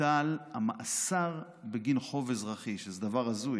בוטל המאסר בגין חוב אזרחי, שזה דבר הזוי.